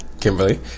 Kimberly